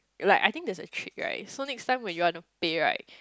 like I think there is the treat right so next time when you want to pay right